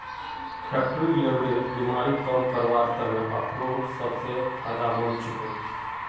fatty लीवरेर बीमारी कम करवार त न अखरोट सबस फायदेमंद छेक